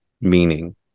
meaning